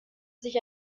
sich